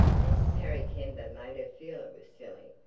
mrs. harry kember made her feel it was silly,